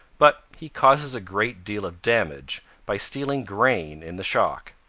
but he causes a great deal of damage by stealing grain in the shock.